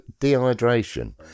dehydration